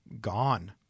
gone